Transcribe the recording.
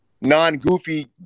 non-goofy